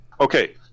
okay